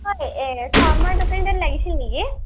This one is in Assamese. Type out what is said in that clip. হয় শৰ্মা দোকান তাত লাগিছিল নেকি